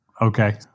Okay